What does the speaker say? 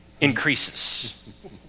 increases